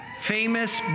famous